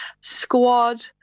squad